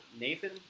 Nathan